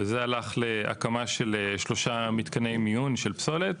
והם הלכו להקמה של שלושה מתקני מיון של פסולת.